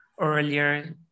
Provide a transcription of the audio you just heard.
earlier